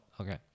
Okay